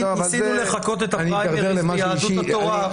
ניסינו לחקות את הפריימריז מיהדות התורה,